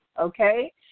okay